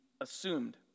assumed